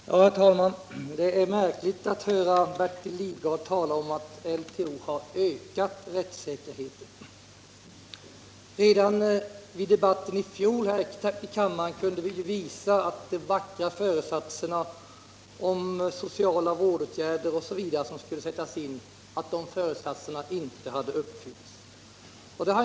Herr talman! Det är märkligt att höra Bertil Lidgard tala om att LTO har ökat rättssäkerheten. Redan vid debatten i fjol här i kammaren kunde vi visa att de vackra föresatserna om sociala vårdåtgärder osv., som skulle sättas in, inte har uppfyllts.